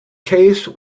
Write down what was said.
case